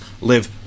live